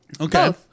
Okay